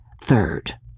third